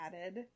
added